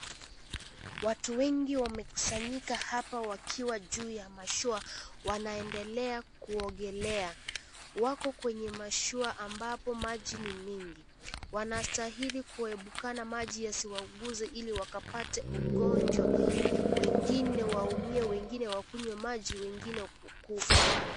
Watu wengi wamekusanyika hapa wakiwa juu ya mashua wanaendelea kuogelea, wako kwenye mashua ambapo maji ni mingi. Wanastahiki kuepuka na maji yasiwagize ili wakapata ugonjwa. Wengine waumie, wengine wakunywe maji, wengine kufa.